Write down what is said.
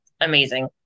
amazing